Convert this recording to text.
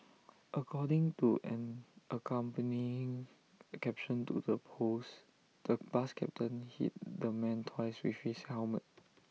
according to an accompanying caption to the post the bus captain hit the man twice with his helmet